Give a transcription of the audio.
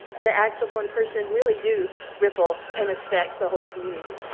the acts of one person really do ripple and affect the whole community.